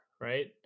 right